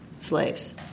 slaves